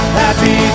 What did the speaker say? happy